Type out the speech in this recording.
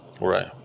Right